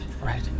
Right